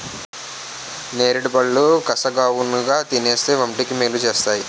నేరేడుపళ్ళు కసగావున్నా తినేస్తే వంటికి మేలు సేస్తేయ్